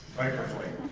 viper flight.